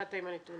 ובאת עם הנתונים.